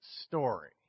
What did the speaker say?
story